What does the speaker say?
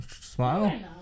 smile